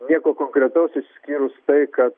nieko konkretaus išskyrus tai kad